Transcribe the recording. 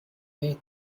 may